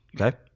Okay